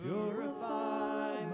Purify